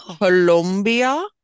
Colombia